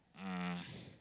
um